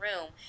room